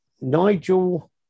Nigel